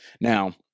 Now